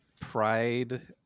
pride